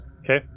Okay